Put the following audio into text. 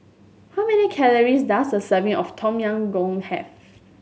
how many calories does a serving of Tom Yam Goong have